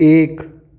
एक